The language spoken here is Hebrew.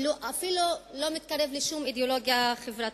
ואפילו לא מתקרב לשום אידיאולוגיה חברתית.